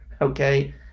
okay